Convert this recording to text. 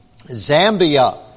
Zambia